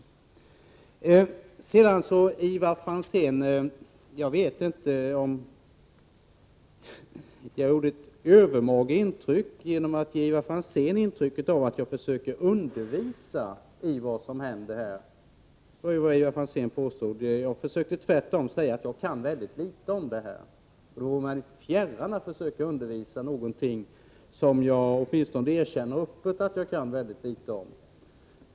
Jag vet inte, Ivar Franzén, om jag gjorde ett övermaga intryck genom att ge Ivar Franzén känslan av att jag försöker undervisa i vad som händer. Det var vad Ivar Franzén påstod. Jag försökte tvärtom säga att jag kan mycket litet om detta. Det vare mig fjärran att försöka undervisa i någonting som jag öppet erkänner att jag kan mycket litet om.